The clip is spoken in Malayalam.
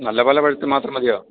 നല്ലപോലെ പഴുത്തത് മാത്രം മതിയോ